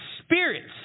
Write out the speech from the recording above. spirits